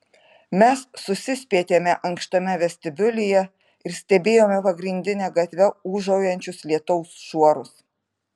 mes susispietėme ankštame vestibiulyje ir stebėjome pagrindine gatve ūžaujančius lietaus šuorus